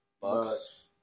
Bucks